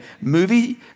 movie